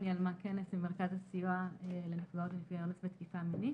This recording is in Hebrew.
אני עלמה כנס ממרכז הסיוע לנפגעות ונפגעי אונס ותקיפה מינית,